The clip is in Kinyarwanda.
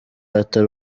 hatari